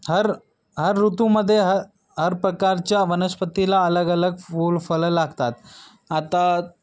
हर हर ऋतूमध्ये ह हर प्रकारच्या वनस्पतीला अलगअलग फूल फळं लागतात आता